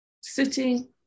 sitting